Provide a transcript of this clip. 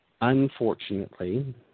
Unfortunately